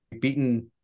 beaten